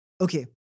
okay